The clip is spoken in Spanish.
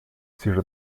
sir